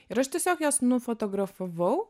ir aš tiesiog jas nufotografavau